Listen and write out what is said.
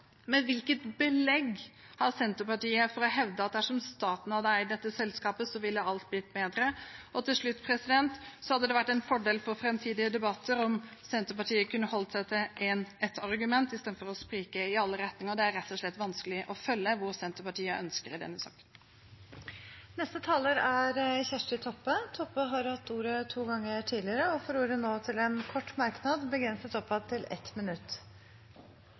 Hvilket belegg har Senterpartiet for å hevde at dersom staten hadde eid dette selskapet, ville alt blitt bedre? Til slutt: Det hadde vært en fordel for framtidige debatter om Senterpartiet kunne holdt seg til ett argument istedenfor å sprike i alle retninger. Det er rett og slett vanskelig å følge hva Senterpartiet ønsker i denne saken. Representanten Kjersti Toppe har hatt ordet to ganger tidligere og får ordet til en kort merknad, begrenset til 1 minutt.